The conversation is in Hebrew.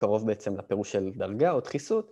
‫קרוב בעצם לפירוש של דרגה או דחיסות.